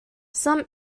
some